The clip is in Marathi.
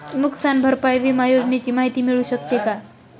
नुकसान भरपाई विमा योजनेची माहिती मिळू शकते का?